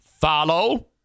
Follow